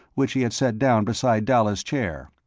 which he had set down beside dalla's chair.